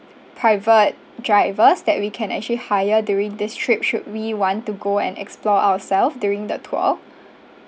private drivers that we can actually hire during this trip should we want to go and explore ourself during the tour